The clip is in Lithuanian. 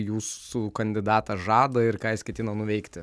jūsų kandidatas žada ir ką jis ketina nuveikti